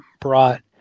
brought